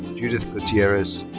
judith gutierrez.